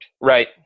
Right